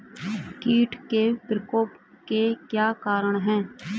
कीट के प्रकोप के क्या कारण हैं?